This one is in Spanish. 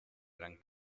gran